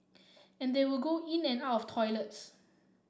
and they will go in and out of toilets